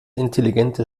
intelligente